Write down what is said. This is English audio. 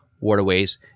waterways